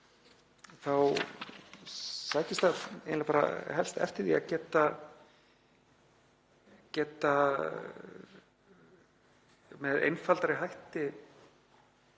það eiginlega helst eftir því að geta með einfaldari hætti